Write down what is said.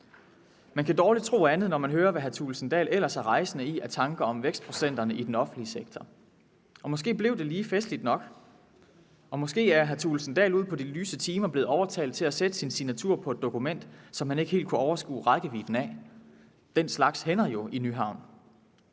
Man kan dårligt tro andet, når man hører, hvad hr. Thulesen Dahl ellers er rejsende i af tanker om vækstprocenterne i den offentlige sektor. Måske blev det lige festligt nok, og måske er hr. Thulesen Dahl ud på de lyse timer blevet overtalt til at sætte sin signatur på et dokument, som han ikke helt kunne overskue rækkevidden af. Den slags hænder jo i Nyhavn.